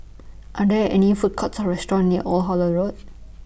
Are There any Food Courts Or restaurants near Old Holland Road